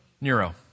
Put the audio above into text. Nero